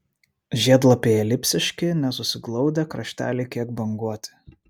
žiedlapiai elipsiški nesusiglaudę krašteliai kiek banguoti